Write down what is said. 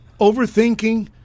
Overthinking